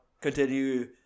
continue